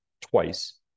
twice